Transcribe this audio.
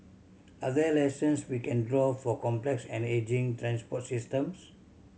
are there lessons we can draw for complex and ageing transport systems